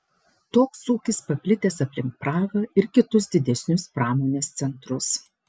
toks ūkis paplitęs aplink prahą ir kitus didesnius pramonės centrus